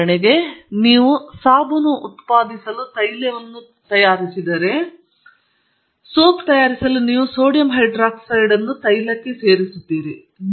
ಉದಾಹರಣೆಗೆ ನೀವು ಸಾಬೂನು ಉತ್ಪಾದಿಸಲು ತೈಲವನ್ನು ತಯಾರಿಸಿದರೆ ಸೋಪ್ ತಯಾರಿಸಲು ನೀವು ಸೋಡಿಯಂ ಹೈಡ್ರಾಕ್ಸೈಡ್ ಅನ್ನು ತೈಲಕ್ಕೆ ಸೇರಿಸುತ್ತೀರಿ